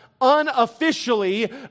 unofficially